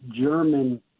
German